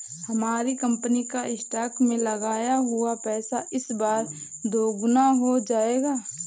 हमारी कंपनी का स्टॉक्स में लगाया हुआ पैसा इस बार दोगुना हो गया